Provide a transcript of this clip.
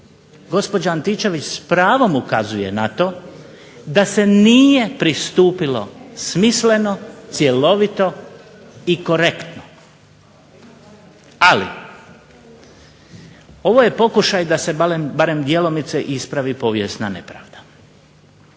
Gospođa Antičević s pravom ukazuje na to da se nije pristupilo smisleno, cjelovito i korektno. Ali ovo je pokušaj da se barem djelomice ispravi povijesna nepravda.